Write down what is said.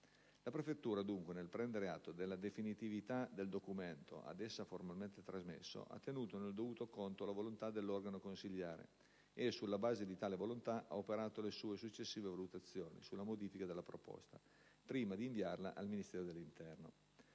La prefettura, dunque, nel prendere atto della definitività del documento ad essa formalmente trasmesso, ha tenuto nel dovuto conto la volontà dell'organo consiliare e, sulla base di tale volontà, ha operato le sue successive valutazioni sulla modifica della proposta, prima di inviarla al Ministero dell'interno.